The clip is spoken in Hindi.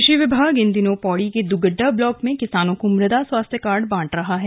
कृषि विभाग इन दिनों पौड़ी के द्गड्डा ब्लॉक में किसानों को मृदा स्वास्थ्य कार्ड बांट रहा है